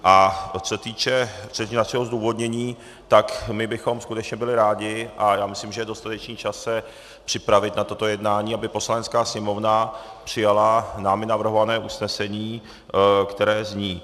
A co se týče našeho zdůvodnění, tak my bychom skutečně byli rádi, a já myslím, že je dostatečný čas se připravit na toto jednání, aby Poslanecká sněmovna přijala námi navrhované usnesení, které zní: